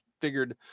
figured